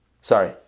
Sorry